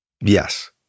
Yes